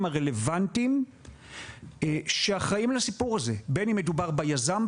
הרלוונטיים שאחראים לסיפור הזה בין אם מדובר ביזם,